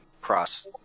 cross